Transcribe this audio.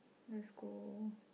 let's go